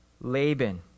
Laban